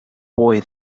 boy